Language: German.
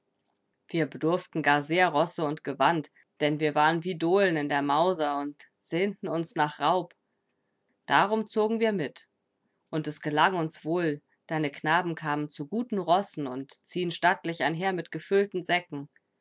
wir bedurften gar sehr rosse und gewand denn wir waren wie dohlen in der mause und sehnten uns nach raub darum zogen wir mit und es gelang uns wohl deine knaben kamen zu guten rossen und ziehen stattlich einher mit gefüllten säcken